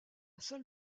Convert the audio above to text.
seule